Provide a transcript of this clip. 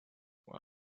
were